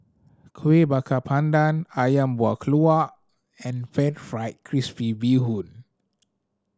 Kuih Bakar Pandan Ayam Buah Keluak and Pan Fried Crispy Bee Hoon